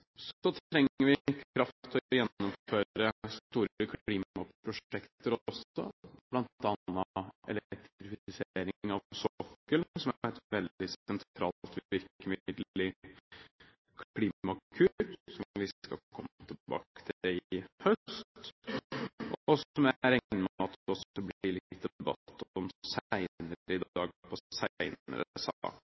trenger vi kraft til å gjennomføre store klimaprosjekter også, bl.a. elektrifisering av sokkelen, som er et veldig sentralt virkemiddel i Klimakur, som vi skal komme tilbake til i høst, og som jeg regner med at det også blir litt debatt om senere i dag